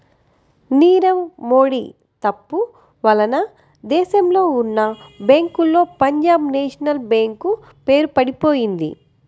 నీరవ్ మోడీ తప్పు వలన దేశంలో ఉన్నా బ్యేంకుల్లో పంజాబ్ నేషనల్ బ్యేంకు పేరు పడిపొయింది